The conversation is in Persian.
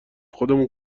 خودمون